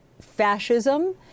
fascism